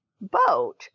boat